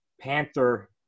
Panther